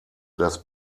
das